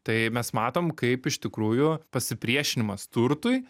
tai mes matom kaip iš tikrųjų pasipriešinimas turtui